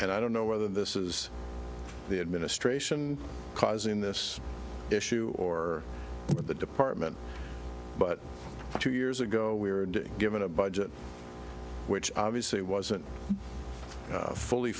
and i don't know whether this is the administration causing this issue or the department but two years ago we were doing given a budget which obviously wasn't fully